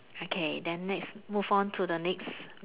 okay then next move on to the next